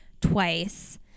Twice